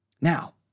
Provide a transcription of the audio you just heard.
Now